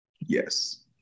Yes